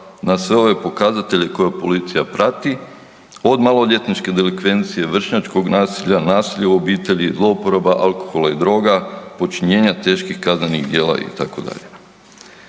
na sve ove pokazatelje koje policija prati, od maloljetničke delikvencije, vršnjačkog nasilja, nasilja u obitelji, zlouporaba alkohola i droga, počinjenja teških kaznenih djela, itd.